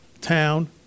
town